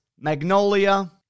Magnolia